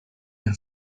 and